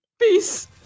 peace